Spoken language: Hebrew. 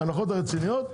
ההנחות הרציניות,